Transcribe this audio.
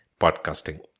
podcasting